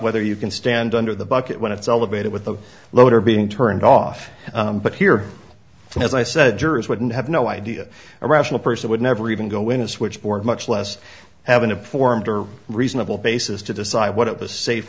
whether you can stand under the bucket when it's elevated with a load or being turned off but here as i said jurors wouldn't have no idea a rational person would never even go in a switchboard much less have an informed or reasonable basis to decide what it was safe